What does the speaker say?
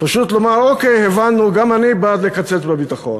פשוט לומר: אוקיי, הבנו, גם אני בעד לקצץ בביטחון,